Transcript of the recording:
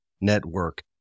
Network